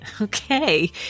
Okay